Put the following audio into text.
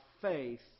faith